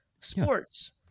Sports